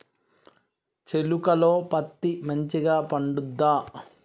చేలుక లో పత్తి మంచిగా పండుద్దా?